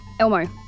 Elmo